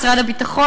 משרד הביטחון,